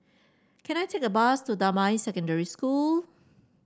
can I take a bus to Damai Secondary School